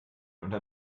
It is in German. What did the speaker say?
unter